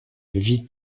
vit